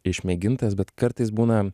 išmėgintas bet kartais būna